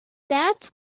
that